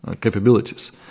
capabilities